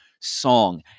song